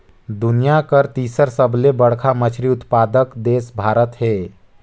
दुनिया कर तीसर सबले बड़खा मछली उत्पादक देश भारत हे